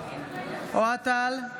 אוהד טל,